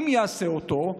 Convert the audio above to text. אם יעשה אותו,